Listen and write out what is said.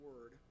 word